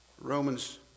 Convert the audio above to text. Romans